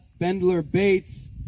Bendler-Bates